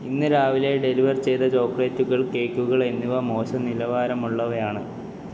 ഇന്ന് രാവിലെ ഡെലിവർ ചെയ്ത ചോക്ലേറ്റുകൾ കേക്കുകൾ എന്നിവ മോശം നിലവാരമുള്ളവയാണ്